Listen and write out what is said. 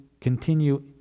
continue